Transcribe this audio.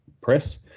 Press